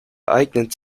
eignet